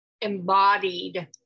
embodied